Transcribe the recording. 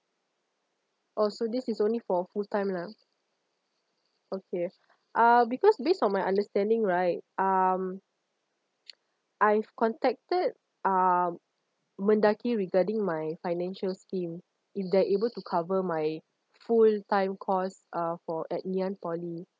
oh so this is only for full time lah okay uh because based on my understanding right um I've contacted um mendaki regarding my financial scheme if they're able to cover my full time cost uh for at ngeeann poly